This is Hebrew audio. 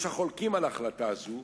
יש החולקים על החלטה זו,